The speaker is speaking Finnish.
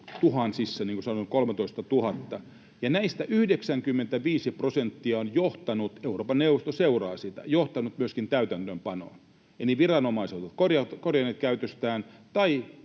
tuhansissa, niin kuin sanoin, 13 000, ja näistä 95 prosenttia on johtanut — Euroopan neuvosto seuraa sitä — myöskin täytäntöönpanoon. Eli viranomaiset ovat korjanneet käytöstään